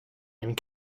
and